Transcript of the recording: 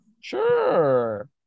sure